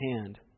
hand